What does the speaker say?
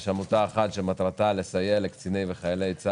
יש עמותה אחת שמטרתה לסייע לקציני צה"ל וחייליו,